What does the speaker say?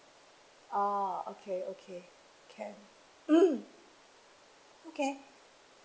oh okay okay can okay